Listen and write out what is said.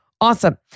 Awesome